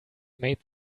made